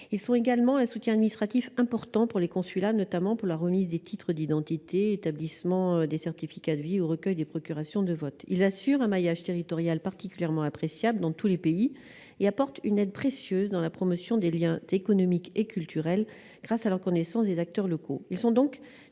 ils sont également un soutien administratif important pour les consulats, notamment pour la remise des titres d'identité établissement des certificats de vie au recueil des procurations de vote, il assure un maillage territorial particulièrement appréciable dans tous les pays et apporte une aide précieuse dans la promotion des Liens économiques et culturels grâce à leur connaissance des acteurs locaux,